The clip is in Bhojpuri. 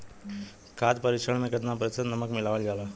खाद्य परिक्षण में केतना प्रतिशत नमक मिलावल जाला?